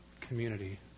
community